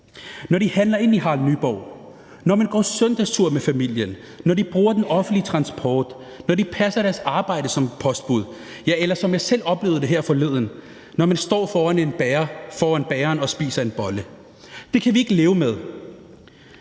når de handler ind i Harald Nyborg, når de går søndagstur med familien, når de bruger den offentlige transport, når de passer deres arbejde som postbud, ja, eller, som jeg selv oplevede det her forleden, når man står foran bageren og spiser en bolle. Det kan vi ikke leve med,